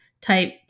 type